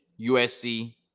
USC